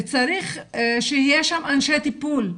צריך שיהיה שם אנשי טיפול.